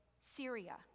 Syria